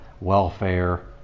welfare